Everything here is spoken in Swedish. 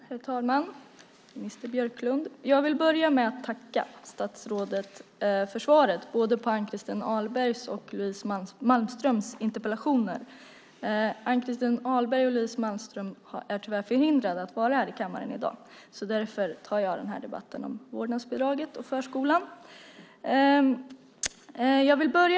Herr talman! Minister Björklund! Jag vill börja med att tacka statsrådet för svaret på både Ann-Christin Ahlbergs och Louise Malmströms interpellationer. Ann-Christin Ahlberg och Louise Malmström är tyvärr förhindrade att vara i kammaren i dag, och därför tar jag debatten om vårdnadsbidraget och förskolan.